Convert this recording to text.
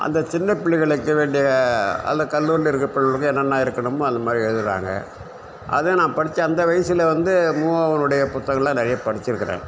அந்த சின்ன பிள்ளைகளுக்கு வேண்டிய அதில் கல்லூண்டு இருக்கிற பிள்ளைங்க என்னென்ன இருக்கணுமோ அந்த மாதிரி எழுதுறாங்கள் அதை நான் படிச்சேன் அந்த வயசுல வந்து முவாவுனுடைய புத்தகங்களாம் நிறைய படிச்சுருக்குறேன்